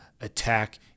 attack